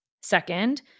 Second